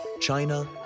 China